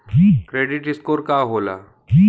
Credit score का होला?